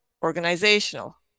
organizational